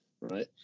right